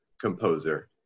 composer